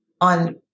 on